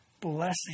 blessing